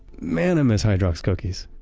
man, i miss hydrox cookies!